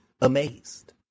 amazed